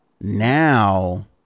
Now